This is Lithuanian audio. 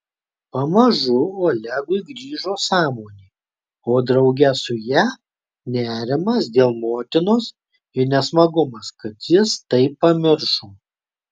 pamažu olegui grįžo sąmonė o drauge su ja nerimas dėl motinos ir nesmagumas kad jis tai pamiršo